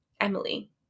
Emily